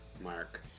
Mark